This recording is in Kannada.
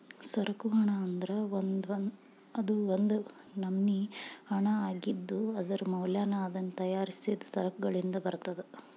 ಸರಕು ಹಣ ಅಂದ್ರ ಅದು ಒಂದ್ ನಮ್ನಿ ಹಣಾಅಗಿದ್ದು, ಅದರ ಮೌಲ್ಯನ ಅದನ್ನ ತಯಾರಿಸಿದ್ ಸರಕಗಳಿಂದ ಬರ್ತದ